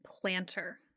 planter